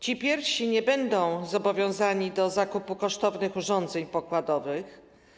Ci pierwsi nie będą zobowiązani do zakupu kosztownych urządzeń pokładowych.